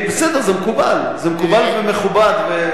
בסדר, זה מקובל, זה מקובל ומכובד.